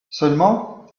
seulement